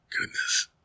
goodness